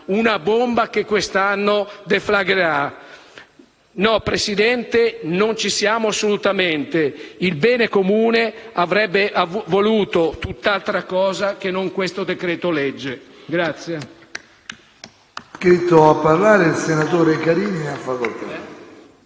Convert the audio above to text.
una bomba che quest'anno deflagrerà. No, signor Presidente, non ci siamo assolutamente; il bene comune avrebbe voluto tutt'altra cosa che non questo decreto-legge.